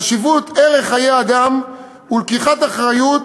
חשיבות ערך חיי אדם ולקיחת אחריות